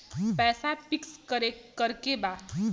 पैसा पिक्स करके बा?